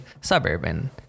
suburban